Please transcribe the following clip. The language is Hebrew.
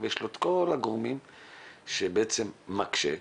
שבעצם מקשה,